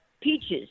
Peaches